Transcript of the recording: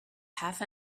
half